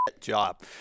job